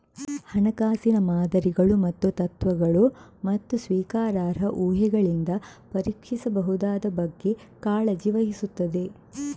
ಹಣಕಾಸಿನ ಮಾದರಿಗಳು ಮತ್ತು ತತ್ವಗಳು, ಮತ್ತು ಸ್ವೀಕಾರಾರ್ಹ ಊಹೆಗಳಿಂದ ಪರೀಕ್ಷಿಸಬಹುದಾದ ಬಗ್ಗೆ ಕಾಳಜಿ ವಹಿಸುತ್ತದೆ